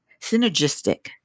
synergistic